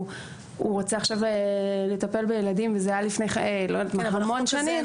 רוצה עכשיו לטפל בילדים וזה היה לפני המון שנים,